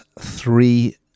three